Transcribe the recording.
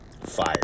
Fire